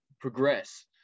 progress